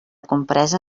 compresa